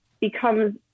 becomes